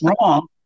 wrong